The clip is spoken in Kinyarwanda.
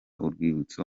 urwibutso